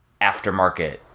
aftermarket